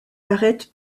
arrête